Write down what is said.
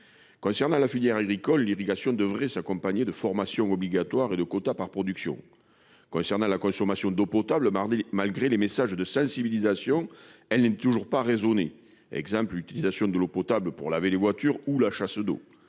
qui est de la filière agricole, l'irrigation devrait s'accompagner de formations obligatoires et de quotas par production. Quant à la consommation d'eau potable, malgré les messages de sensibilisation, elle n'est toujours pas raisonnée- songeons, par exemple, à l'utilisation d'eau potable pour laver les voitures ou alimenter